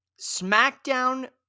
SmackDown